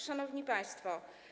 Szanowni Państwo!